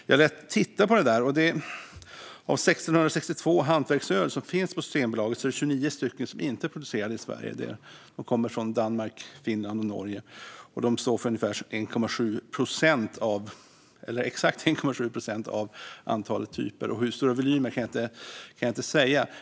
Jag tittade på det där. Av 1 662 hantverksöl som finns på Systembolaget är det 29 stycken som inte är producerade i Sverige. De kommer från Danmark, Finland och Norge. De står för 1,7 procent av antalet typer. Hur stora volymer det är kan jag inte säga.